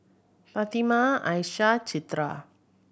Fatimah Aisyah Citra